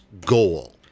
goal